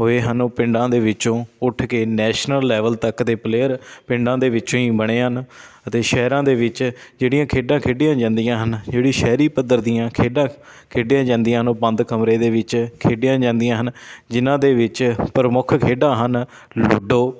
ਹੋਏ ਹਨ ਉਹ ਪਿੰਡਾਂ ਦੇ ਵਿੱਚੋਂ ਉੱਠ ਕੇ ਨੈਸ਼ਨਲ ਲੈਵਲ ਤੱਕ ਦੇ ਪਲੇਅਰ ਪਿੰਡਾਂ ਦੇ ਵਿੱਚੋਂ ਹੀ ਬਣੇ ਹਨ ਅਤੇ ਸ਼ਹਿਰਾਂ ਦੇ ਵਿੱਚ ਜਿਹੜੀਆਂ ਖੇਡਾਂ ਖੇਡੀਆਂ ਜਾਂਦੀਆਂ ਹਨ ਜਿਹੜੀ ਸ਼ਹਿਰੀ ਪੱਧਰ ਦੀਆਂ ਖੇਡਾਂ ਖੇਡੀਆਂ ਜਾਂਦੀਆਂ ਹਨ ਉਹ ਬੰਦ ਕਮਰੇ ਦੇ ਵਿੱਚ ਖੇਡੀਆਂ ਜਾਂਦੀਆਂ ਹਨ ਜਿਨ੍ਹਾਂ ਦੇ ਵਿੱਚ ਪ੍ਰਮੁੱਖ ਖੇਡਾਂ ਹਨ ਲੂਡੋ